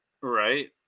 Right